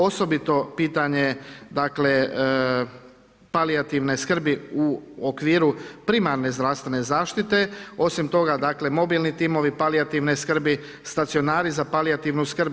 Osobito pitanje palijativne skrbi u okviru primarne zdravstvene zaštite osim toga mobilni timovi palijativne skrbi, stacionari za palijativnu skrb.